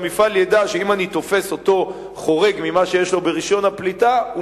שהמפעל ידע שאם אני תופס אותו חורג מהאמור ברשיון הפליטה שלו,